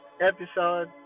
episode